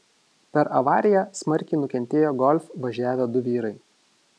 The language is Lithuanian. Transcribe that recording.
per avariją smarkiai nukentėjo golf važiavę du vyrai